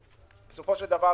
בסופו של דבר,